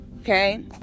okay